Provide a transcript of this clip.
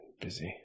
busy